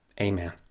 Amen